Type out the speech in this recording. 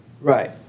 Right